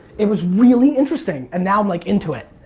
it was really interesting and now i'm, like, into it.